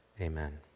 amen